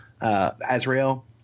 Azrael